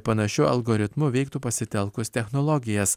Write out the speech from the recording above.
panašiu algoritmu veiktų pasitelkus technologijas